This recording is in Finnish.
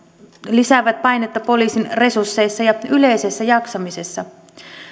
lisäävät painetta poliisin resursseissa ja yleisessä jaksamisessa